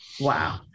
Wow